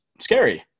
scary